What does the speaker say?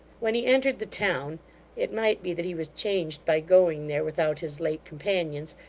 when he entered the town it might be that he was changed by going there without his late companions,